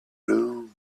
room